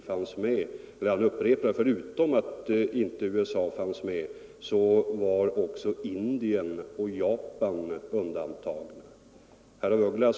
Förutom USA, säger han, var också Indien och Japan undantagna.